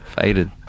faded